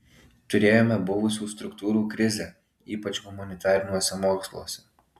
turėjome buvusių struktūrų krizę ypač humanitariniuose moksluose